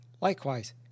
Likewise